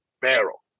barrel